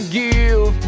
give